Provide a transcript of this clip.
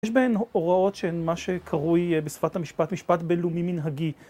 יש בהן הוראות של מה שקרוי בשפת המשפט, משפט בינלאומי מנהגי.